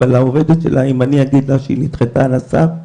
אבל אם אני אגיד לעובדת שלה שהיא נדחתה על הסף,